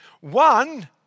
One